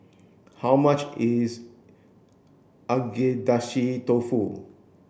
how much is Agedashi Dofu